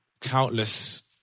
countless